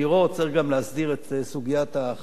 צריך גם להסדיר את סוגיית החנייה,